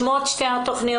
שמות שתי התנכיות?